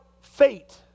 fate